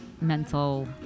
Mental